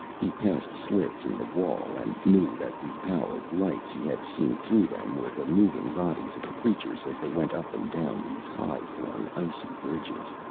he passed slits in the wall, and knew that the pallid lights he had seen through them were the moving bodies of the creatures as they went up and down these high-flung, icy bridges.